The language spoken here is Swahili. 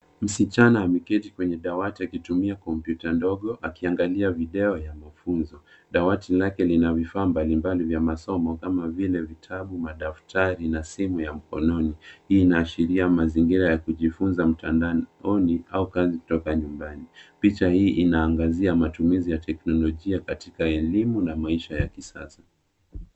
Msichana ameketi kwenye dawati akitumia kompyuta ndogo akiangalia video ya nafunzi. Dawati lake lina vifaa mbalimbali vya masomo kama vile vitabu, madaftari na simu ya mkononi. Hii inaashiria mazingira ya kujifunza mtandaoni au kazi kutoka nyumbani. Picha hii inaangazia matumizi ya teknolojia katika elimu na maisha ya kisasa.